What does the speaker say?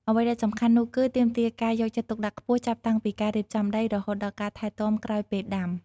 អ្វីដែលសំខាន់នោះគឺ ទាមទារការយកចិត្តទុកដាក់ខ្ពស់ ចាប់តាំងពីការរៀបចំដី រហូតដល់ការថែទាំក្រោយពេលដាំ។